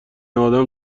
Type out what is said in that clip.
آدم